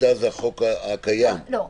לא.